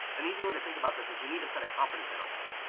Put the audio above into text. an easy way to think about this is you need to set a confidence interval,